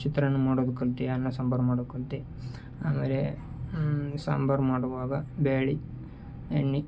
ಚಿತ್ರಾನ್ನ ಮಾಡೋದು ಕಲಿತೆ ಅನ್ನ ಸಾಂಬಾರು ಮಾಡೋದು ಕಲಿತೆ ಆಮೇಲೆ ಸಾಂಬಾರು ಮಾಡುವಾಗ ಬ್ಯಾಳೆ ಎಣ್ಣೆ